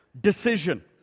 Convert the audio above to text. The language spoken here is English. decision